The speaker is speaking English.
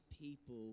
people